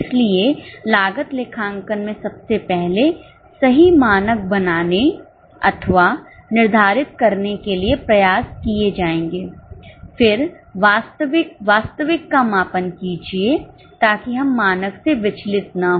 इसलिए लागत लेखांकन में सबसे पहले सही मानक बनाने अथवा निर्धारित करने के लिए प्रयास किए जाएंगे फिर वास्तविक वास्तविक का मापन कीजिए ताकि हम मानक से विचलित ना हो